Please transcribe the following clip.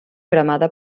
cremada